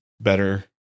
better